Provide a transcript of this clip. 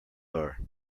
are